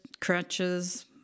crutches